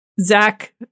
zach